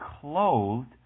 clothed